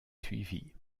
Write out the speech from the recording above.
suivi